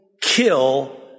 kill